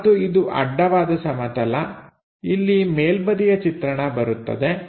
ಮತ್ತು ಇದು ಅಡ್ಡವಾದ ಸಮತಲ ಇಲ್ಲಿ ಮೇಲ್ಬದಿಯ ಚಿತ್ರಣ ಬರುತ್ತದೆ